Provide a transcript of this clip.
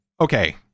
okay